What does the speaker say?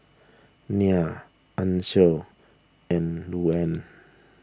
Nia Ancil and Luanne